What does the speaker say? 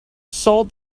sole